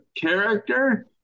character